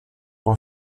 pour